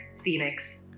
Phoenix